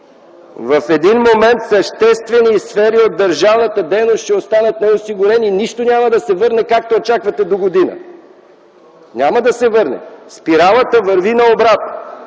в един момент съществени сфери от държавната дейност ще си останат неосигурени. Нищо няма да се върне догодина, както очаквате. Няма да се върне! Спиралата върви на обратно.